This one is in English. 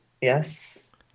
Yes